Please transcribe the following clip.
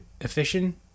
efficient